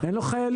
אין לו חיילים,